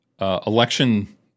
Election